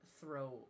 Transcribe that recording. throw